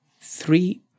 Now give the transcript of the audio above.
Three